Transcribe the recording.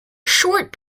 short